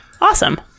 Awesome